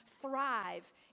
thrive